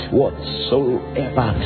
whatsoever